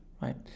right